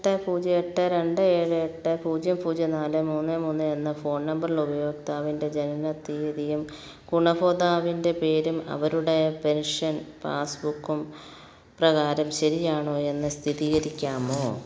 എട്ട് പൂജ്യം എട്ട് രണ്ടേ ഏഴ് എട്ട് പൂജ്യം പൂജ്യം നാല് മൂന്ന് മൂന്ന് എന്ന ഫോൺ നമ്പർ ഉള്ള ഉപയോക്താവിന്റെ ജനന തീയതിയും ഗുണഭോക്താവിന്റെ പേരും അവരുടെ പെൻഷൻ പാസ്ബുക്കും പ്രകാരം ശരിയാണോ എന്ന് സ്ഥിതീകരിക്കാമോ